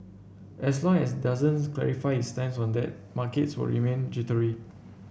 as long as it doesn't clarify its stance on that markets will remain jittery